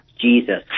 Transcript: Jesus